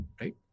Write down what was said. right